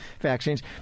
vaccines